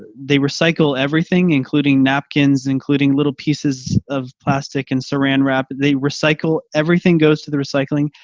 they recycle everything, including napkins, including little pieces of plastic and saran wrap, they recycle, everything goes to the recycling,